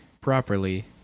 properly